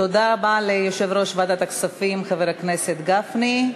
תודה רבה ליושב-ראש ועדת הכספים חבר הכנסת גפני.